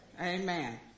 Amen